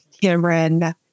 Cameron